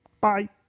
Bye